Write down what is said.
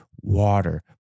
water